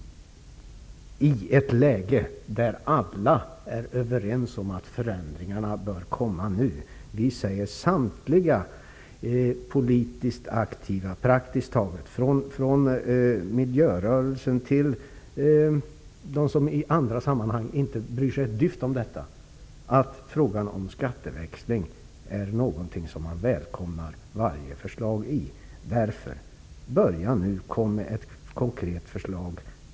I ett läge där alla -- praktiskt taget samtliga politiskt aktiva alltifrån miljörörelsen till dem som i andra sammanhang inte bryr sig ett dyft om detta -- är överens om att förändringar bör komma nu, välkomnas varje förslag till skatteväxling. Börja nu! Kom med ett konkret förslag.